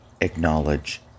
acknowledge